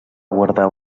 guardar